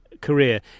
career